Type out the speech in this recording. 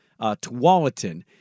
Tualatin